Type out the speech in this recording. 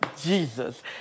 Jesus